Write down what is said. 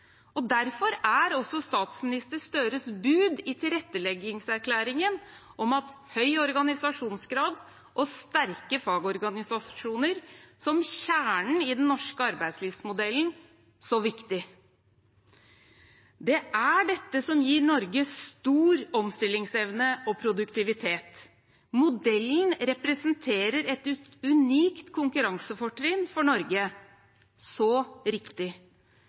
Derfor er også statsminister Gahr Støres bud i tilretteleggingserklæringen om høy organisasjonsgrad og sterke fagorganisasjoner som kjernen i den norske arbeidslivsmodellen så viktig. Det er dette som gir Norge stor omstillingsevne og produktivitet. Modellen representerer et unikt konkurransefortrinn for Norge – så riktig.